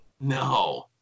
No